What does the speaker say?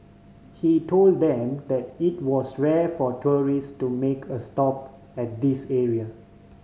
he told them that it was rare for tourist to make a stop at this area